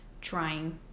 trying